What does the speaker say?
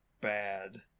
bad